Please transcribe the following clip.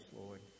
Lord